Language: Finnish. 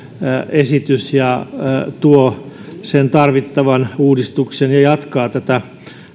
esitys ja tuo sen tarvittavan uudistuksen ja jatkaa tätä